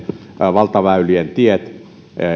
valtaväylien tiet